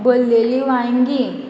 बरलेली वांयगी